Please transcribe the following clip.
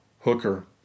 hooker